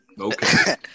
Okay